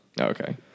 Okay